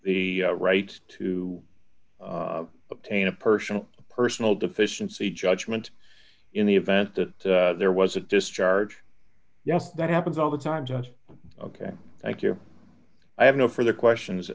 the right to obtain a personal personal deficiency judgment in the event that there was a discharge yes that happens all the time just ok thank you i have no further questions